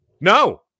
No